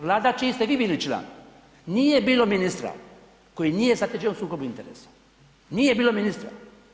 Vlada čiji ste vi bili član, nije bilo ministra koji nije zatečen u sukobu interesa, nije bilo ministra.